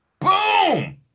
Boom